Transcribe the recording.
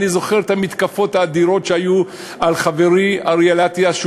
אני זוכר את המתקפות האדירות על חברי אריאל אטיאס,